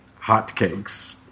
hotcakes